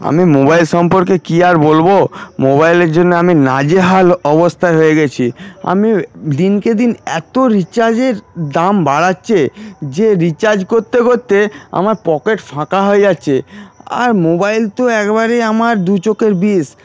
আমি মোবাইল সম্পর্কে কি আর বলব মোবাইলের জন্য আমি নাজেহাল অবস্থায় হয়ে গেছি আমি দিনকেদিন এতো রিচার্জের দাম বাড়াচ্ছে যে রিচার্জ করতে করতে আমার পকেট ফাঁকা হয়ে যাচ্ছে আর মোবাইল তো একবারে আমার দুচোখের বিষ